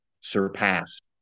surpassed